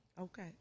Okay